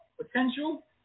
potential